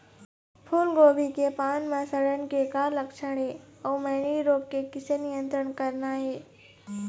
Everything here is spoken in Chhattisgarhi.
फूलगोभी के पान म सड़न के का लक्षण ये अऊ मैनी रोग के किसे नियंत्रण करना ये?